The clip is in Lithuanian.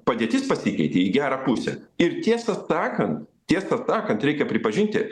padėtis pasikeitė į gerą pusę ir tiesą sakant tiesą sakant reikia pripažinti